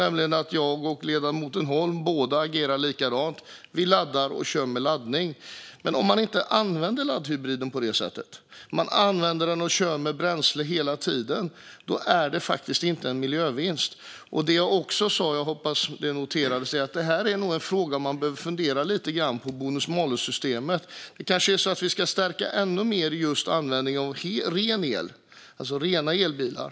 Jag tror att jag och ledamoten Holm agerar likadant, det vill säga laddar och kör på el, men om man inte använder laddhybriden på det sättet utan kör på bränsle hela tiden blir det faktiskt ingen miljövinst. Jag sa också, vilket jag hoppas noterades, att frågan är om vi behöver fundera lite på bonus malus-systemet. Det kanske är så att vi ännu mer ska stärka användningen av ren el, alltså rena elbilar?